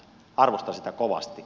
arvostan sitä kovasti